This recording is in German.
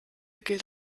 gilt